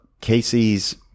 Casey's